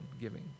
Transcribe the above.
giving